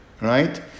Right